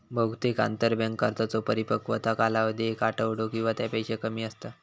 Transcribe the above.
बहुतेक आंतरबँक कर्जांचो परिपक्वता कालावधी एक आठवडो किंवा त्यापेक्षा कमी असता